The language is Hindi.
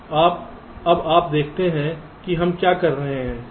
तो अब आप देखते हैं कि हम क्या कर रहे हैं